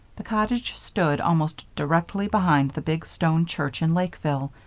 the cottage stood almost directly behind the big stone church in lakeville,